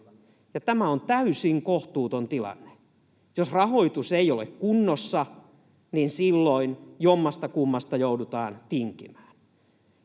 tämä on täysin kohtuuton tilanne. Jos rahoitus ei ole kunnossa, silloin jommastakummasta joudutaan tinkimään.